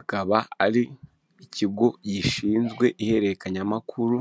akaba ari ikigo gishinzwe ihererekanyamakuru.